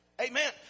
Amen